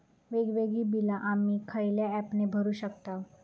वेगवेगळी बिला आम्ही खयल्या ऍपने भरू शकताव?